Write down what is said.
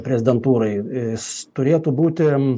prezidentūrai jis turėtų būti